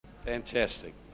Fantastic